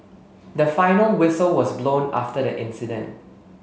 the final whistle was blown after the incident